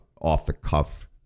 off-the-cuff